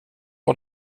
och